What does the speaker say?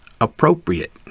appropriate